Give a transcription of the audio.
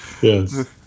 Yes